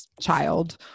child